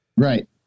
Right